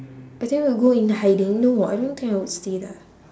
I think we'll go in hiding no [what] I don't think I would stay there